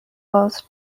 was